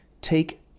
take